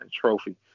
trophy